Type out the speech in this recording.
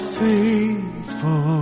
faithful